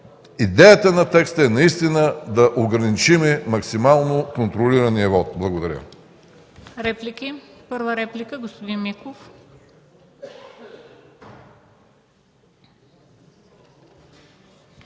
Идеята на текста е наистина да ограничим максимално контролирания вот. Благодаря.